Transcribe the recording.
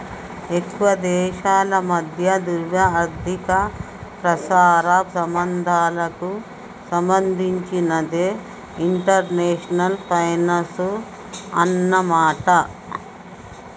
ఎక్కువ దేశాల మధ్య ద్రవ్య ఆర్థిక పరస్పర సంబంధాలకు సంబంధించినదే ఇంటర్నేషనల్ ఫైనాన్సు అన్నమాట